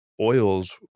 oils